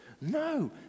No